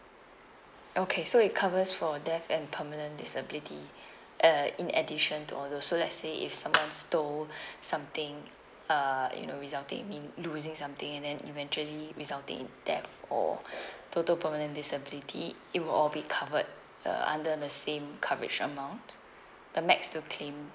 okay so it covers for death and permanent disability uh in addition to all those so let's say if someone stole something uh you know resulting in me losing something and then eventually resulting in death or total permanent disability it will all be covered uh under the same coverage amount the max to claim